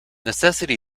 necessity